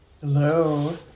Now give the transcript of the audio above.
Hello